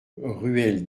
ruelle